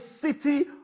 city